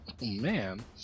man